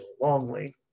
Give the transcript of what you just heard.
Longley